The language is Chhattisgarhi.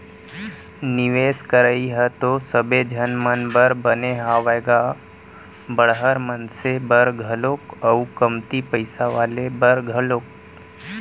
निवेस करई ह तो सबे झन मन बर बने हावय गा बड़हर मनसे बर घलोक अउ कमती पइसा वाले बर घलोक